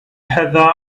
heather